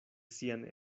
sian